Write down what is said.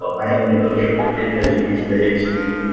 i have an enclosure. it has these bays in it.